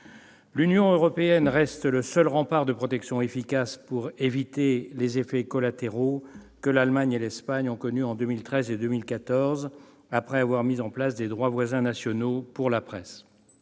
L'Union européenne reste le seul rempart de protection efficace pour éviter les effets collatéraux que l'Allemagne et l'Espagne ont connus en 2013 et en 2014, après avoir mis en place des droits voisins nationaux pour la presse.